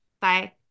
Bye